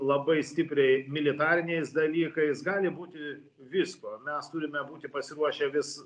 labai stipriai militariniais dalykais gali būti visko mes turime būti pasiruošę vis